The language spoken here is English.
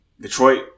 Detroit